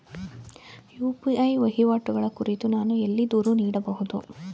UPI ವಹಿವಾಟುಗಳ ಕುರಿತು ನಾನು ಎಲ್ಲಿ ದೂರು ನೀಡಬಹುದು?